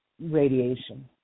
radiation